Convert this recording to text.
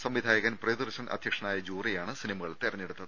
സംവിധായകൻ പ്രിയദർശൻ അധ്യക്ഷനായ ജൂറി യാണ് സിനിമകൾ തെരഞ്ഞെടുത്ത്